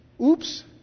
Oops